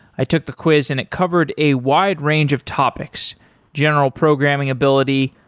i took the quiz and it covered a wide range of topics general programming ability,